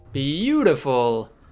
Beautiful